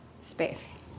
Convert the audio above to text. space